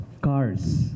cars